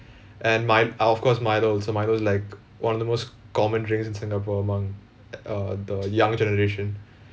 and mi~ uh of course Milo also Milo is like one of the most common drinks in singapore among err the young generation